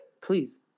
Please